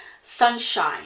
sunshine